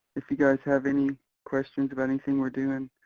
if you guys have any questions about anything we're doing,